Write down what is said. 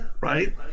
Right